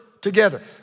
together